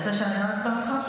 אתה רוצה שאני לא אעצבן אותך?